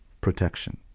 protection